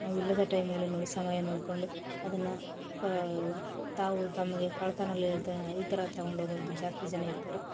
ನಾವಿಲ್ಲದ ಟೈಮಲ್ಲಿ ನೋಡಿ ಸಮಯ ನೋಡ್ಕೊಂಡು ಅದನ್ನು ಕ ತಾವು ತಮಗೆ ಕಳ್ತನಲಿಂದ ಈ ಥರ ತೊಗೊಂಡು ಹೋಗೋದು ಜಾಸ್ತಿ ಜನ ಇರ್ತಾರೆ